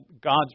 God's